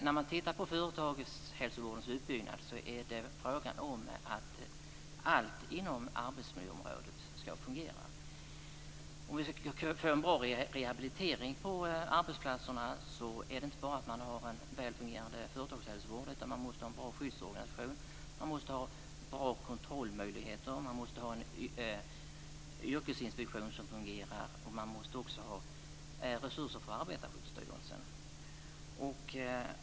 När man tittar på företagshälsovårdens uppbyggnad ser man att det är fråga om att allt inom arbetsmiljöområdet ska fungera. Om vi ska få en bra rehabilitering på arbetsplatserna är det inte bara fråga om att ha en väl fungerande företagshälsovård, utan man måste ha en bra skyddsorganisation. Man måste ha bra kontrollmöjligheter, man måste ha en yrkesinspektion som fungerar och man måste också ha resurser för Arbetarskyddsstyrelsen.